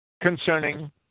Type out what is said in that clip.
concerning